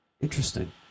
Interesting